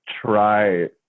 try